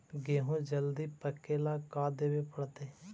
गेहूं जल्दी पके ल का देबे पड़तै?